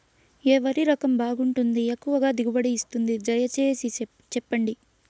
ఏ వరి రకం బాగుంటుంది, ఎక్కువగా దిగుబడి ఇస్తుంది దయసేసి చెప్పండి?